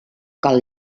cal